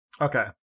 Okay